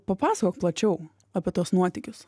papasakok plačiau apie tuos nuotykius